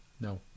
no